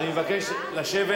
אבל אני מבקש לשבת.